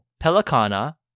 Pelicana